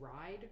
ride